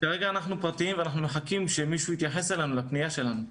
כרגע אנחנו פרטיים ומחכים שמישהו יתייחס לפנייה שלנו.